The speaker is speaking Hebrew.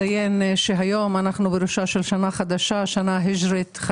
היום אנו בראשה של שנה חדשה, שנה היג'רית.